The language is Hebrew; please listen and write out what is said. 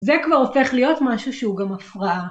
זה כבר הופך להיות משהו שהוא גם הפרעה.